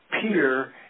peer